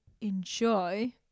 enjoy